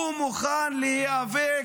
הוא מוכן להיאבק,